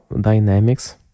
dynamics